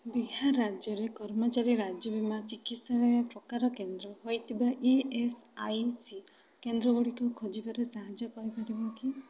ବିହାର ରାଜ୍ୟରେ କର୍ମଚାରୀ ରାଜ୍ୟ ବୀମା ଚିକିତ୍ସାଳୟ ପ୍ରକାର କେନ୍ଦ୍ର ହୋଇଥିବା ଇ ଏସ୍ ଆଇ ସି କେନ୍ଦ୍ରଗୁଡ଼ିକ ଖୋଜିବାରେ ସାହାଯ୍ୟ କରିପାରିବ କି